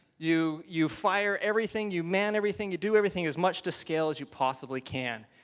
you you fire everything, you man everything, you do everything as much to scale as you possibly can.